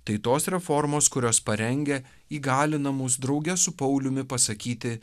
tai tos reformos kurios parengia įgalina mus drauge su pauliumi pasakyti